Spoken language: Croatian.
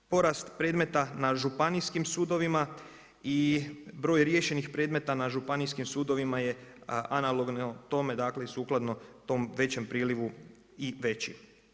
Porast predmeta na županijskim sudovima i broj riješenih predmeta na županijskim sudovima je analogno tome, dakle sukladno tom većem prilivu i veći.